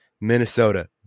Minnesota